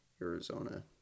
Arizona